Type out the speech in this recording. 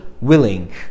willing